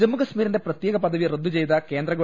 ജമ്മു കശ്മീരിന്റെ പ്രത്യേക പദവി റദ്ദു ചെയ്ത കേന്ദ്ര ഗവ